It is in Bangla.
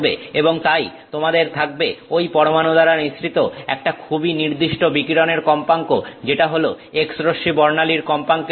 এবং তাই তোমাদের থাকবে ঐ পরমাণু দ্বারা নিঃসৃত একটা খুবই নির্দিষ্ট বিকিরণের কম্পাঙ্ক যেটা হলো X রশ্মি বর্ণালীর কম্পাঙ্কের সীমা